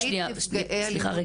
סליחה.